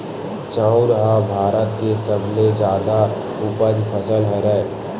चाँउर ह भारत के सबले जादा उपज फसल हरय